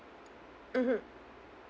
mmhmm